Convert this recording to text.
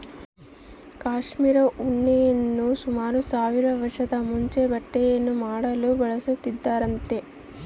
cashmere ಉಣ್ಣೆಯನ್ನು ಸುಮಾರು ಸಾವಿರ ವರ್ಷದ ಮುಂಚೆ ಬಟ್ಟೆಯನ್ನು ಮಾಡಲು ಬಳಸುತ್ತಿದ್ದರಂತೆ